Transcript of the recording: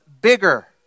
bigger